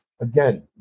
again